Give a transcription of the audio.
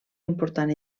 important